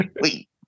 wait